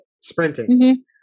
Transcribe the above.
Sprinting